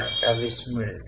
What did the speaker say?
28 मिळेल